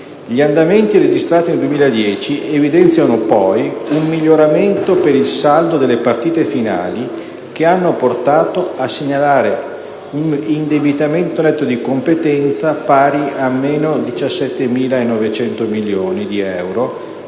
Gli andamenti registrati nel 2010 evidenziano poi un miglioramento per il saldo delle partite finali, che hanno portato a segnalare un indebitamento netto di competenza pari a meno 17.900 milioni di euro